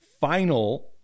final